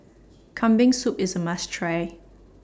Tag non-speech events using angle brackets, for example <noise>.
<noise> Kambing Soup IS A must Try